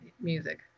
music